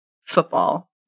football